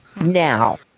Now